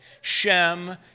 Shem